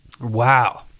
wow